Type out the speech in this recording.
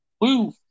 Woo